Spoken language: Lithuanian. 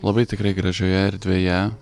labai tikrai gražioje erdvėje